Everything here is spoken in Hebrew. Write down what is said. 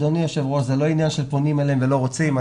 זה לא עניין של פונים אליהם ולא רוצים.